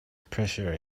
pressure